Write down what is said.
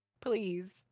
Please